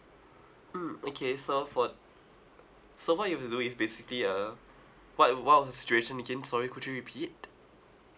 mm okay so for so what you need to do is basically uh what what was the situation again sorry could you repeat